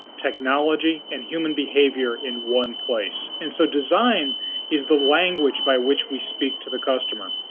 technology and human behaviour in one place. and so design is the language by which we speak to the customer.